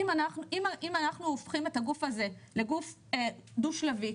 אם אנחנו הופכים את הגוף הזה לגוף דו שלבי,